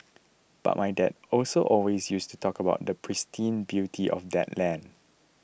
but my dad also always used to talk about the pristine beauty of that land